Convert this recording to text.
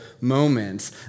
moments